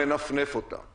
מנפנף אותם.